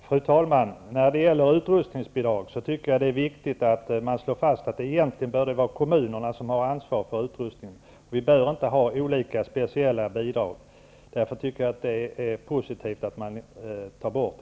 Fru talman! När det gäller utrustningsbidrag är det viktigt att slå fast att det egentligen borde vara kommunerna som har ansvar för utrustningen. Vi bör inte ha olika speciella bidrag. Därför tycker jag att det är positivt att detta tas bort.